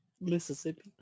Mississippi